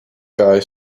guy